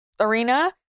arena